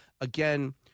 again